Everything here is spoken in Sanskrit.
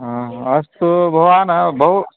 अस्तु भवान् बहु